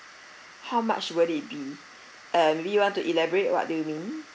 how much will it be uh maybe you want to elaborate what do you mean